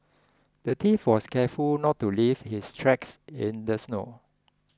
the thief was careful not to leave his tracks in the snow